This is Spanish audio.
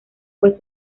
fue